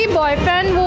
boyfriend